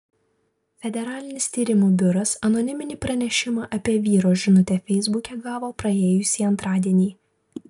federalinis tyrimų biuras anoniminį pranešimą apie vyro žinutę feisbuke gavo praėjusį antradienį